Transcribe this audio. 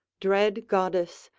dread goddess,